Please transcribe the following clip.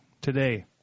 today